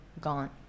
gone